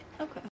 Okay